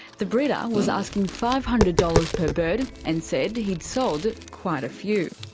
the breeder was asking five hundred dollars per bird and said he'd sold quite a few.